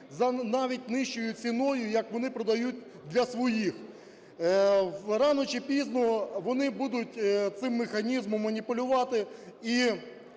за навіть нижчою ціною, як вони продають для своїх. Рано чи пізно вони будуть цим механізмом маніпулювати, і